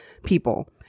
people